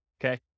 okay